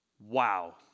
wow